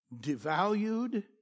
devalued